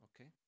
okay